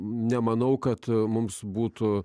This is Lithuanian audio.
nemanau kad mums būtų